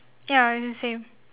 ya it's the same